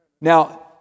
Now